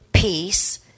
Peace